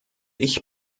ich